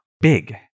big